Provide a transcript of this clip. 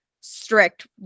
strict